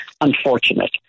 unfortunate